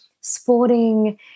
sporting